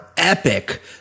epic